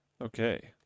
Okay